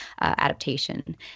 adaptation